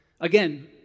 Again